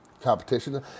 competition